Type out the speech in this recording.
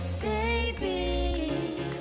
Baby